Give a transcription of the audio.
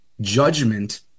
judgment